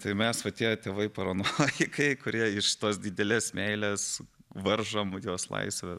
tai mes va tie tėvai paranoikai kurie iš tos didelės meilės varžom jos laisvę